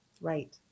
Right